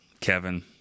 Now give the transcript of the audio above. Kevin